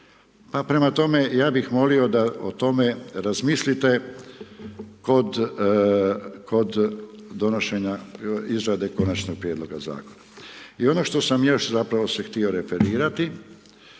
prema tome, ja bih molio da o tome razmislite kod donošenja izrade Konačnog prijedloga Zakona. I ono što sam još zapravo se htio referirati.